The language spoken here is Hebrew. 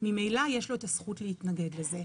ממילא יש לו את הזכות להתנגד לזה.